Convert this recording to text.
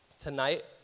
Tonight